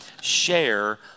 share